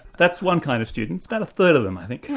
that's one kind of student, it's about a third of them, i think. yes,